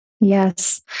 Yes